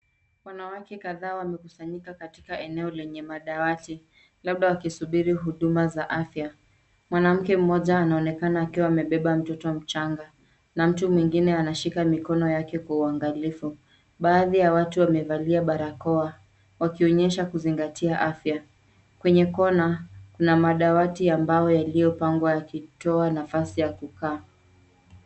Wanawake kadhaa wamekusanyika katika eneo lenye madawati, labda wakisubiri huduma za afya. Mwanamke mmoja anaonekana akiwa amebeba mtoto mchanga na mtu mwingine anashika mikono yake kwa uangalifu. Baadhi ya watu wamevalia barakoa wakionyesha kuzingatia afya. Kwenye kona, kuna madawati ambayo yaliyopangwa yakitoa nafasi ya kukaa.